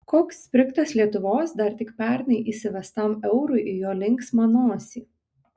koks sprigtas lietuvos dar tik pernai įsivestam eurui į jo linksmą nosį